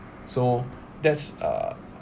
so that's uh